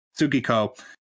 Tsukiko